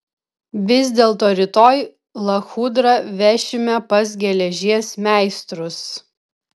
vis dėlto rytoj lachudrą vešime pas geležies meistrus